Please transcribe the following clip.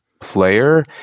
player